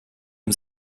ihm